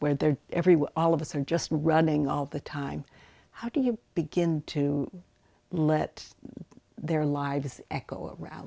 where they're everywhere all of us are just running all the time how do you begin to let their lives echo around